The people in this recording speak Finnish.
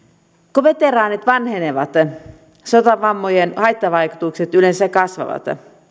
kun veteraanit vanhenevat sotavammojen haittavaikutukset yleensä kasvavat